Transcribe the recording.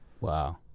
wow